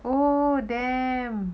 oh damn